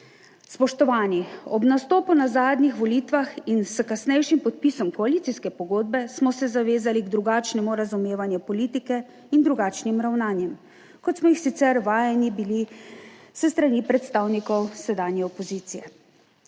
Spoštovani, ob nastopu na zadnjih volitvah in s kasnejšim podpisom koalicijske pogodbe smo se zavezali k drugačnemu razumevanju politike in drugačnim ravnanjem, kot smo jih sicer vajeni bili s strani predstavnikov sedanje opozicije.